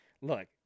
look